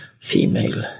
female